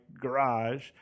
garage